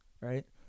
right